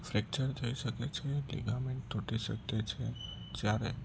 fracture થઈ શકે છે ગીગામીન ટૂટી શકે છે જ્યારે